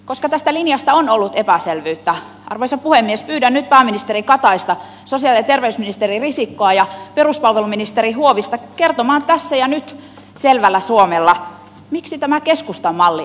koska tästä linjasta on ollut epäselvyyttä arvoisa puhemies pyydän nyt pääministeri kataista sosiaali ja terveysministeri risikkoa ja peruspalveluministeri huovista kertomaan tässä ja nyt selvällä suomella miksi tämä keskustan malli ei käy teille